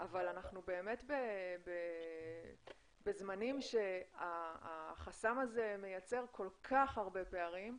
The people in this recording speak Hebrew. אבל אנחנו באמת בזמנים שהחסם הזה מייצר כל כך הרבה פערים.